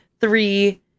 three